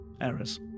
errors